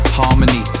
harmony